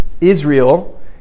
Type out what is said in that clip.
Israel